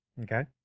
Okay